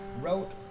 wrote